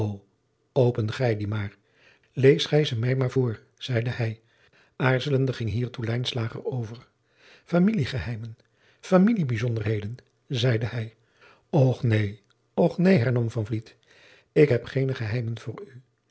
open gij die maar lees gij ze mij maar voor zeide hij aarzelende ging hiertoe lijnslager over familiegeheimen familie bijzonderheden zeide hij och neen och neen hernam van vliet ik heb geene geheimen voor u